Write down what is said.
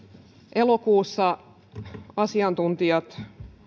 elokuussa asiantuntijat